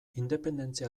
independentzia